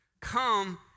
come